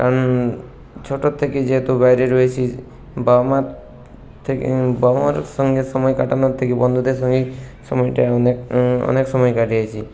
কারণ ছোটোর থেকে যেহেতু বাইরে রয়েছি বাবা মার থেকে বাবা মার সঙ্গে সময় কাটানোর থেকে বন্ধুদের সঙ্গেই সময়টা অনেক অনেক সময় কাটিয়েছি